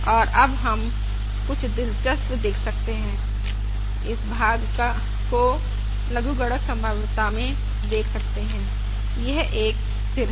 और अब हम कुछ दिलचस्प देख सकते हैं इस भाग को लघुगणक संभाव्यता में देख सकते हैं यह एक स्थिर है